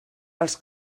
els